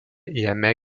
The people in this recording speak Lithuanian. jame